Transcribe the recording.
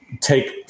take